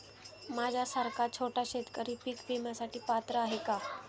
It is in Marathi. माझ्यासारखा छोटा शेतकरी पीक विम्यासाठी पात्र आहे का?